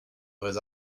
vrais